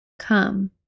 come